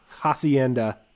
hacienda